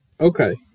Okay